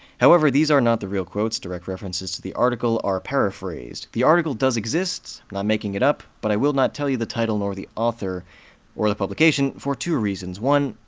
however, these are not the real quotes direct references to the article are paraphrased. the article does exist, i'm not making it up, but i will not tell you the title nor the author or the publication for two reasons one,